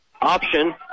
Option